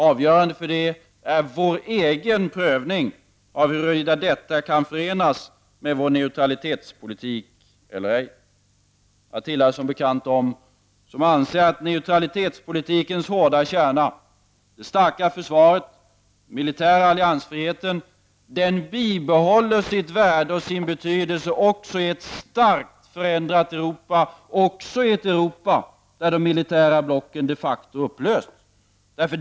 Avgörande för det är vår egen prövning av huruvida detta kan förenas med vår neutralitetspolitik eller ej. Jag tillhör som bekant dem som anser att neutralitetspolitikens hårda kärna — det starka försvaret och den militära alliansfriheten — bibehåller sitt värde och sin betydelse också i ett starkt förändrat Europa, också i ett Europa där de militära blocken de facto upplösts.